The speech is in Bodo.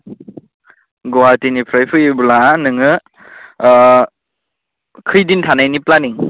गुवाहाटिनिफ्राय फैयोब्ला नोङो खैदिन थानायनि प्लानिं